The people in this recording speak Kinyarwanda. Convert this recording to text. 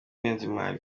niyonzima